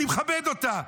אני מכבד אותה.